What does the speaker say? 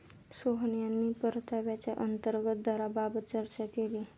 सोहन यांनी परताव्याच्या अंतर्गत दराबाबत चर्चा केली